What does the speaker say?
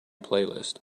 playlist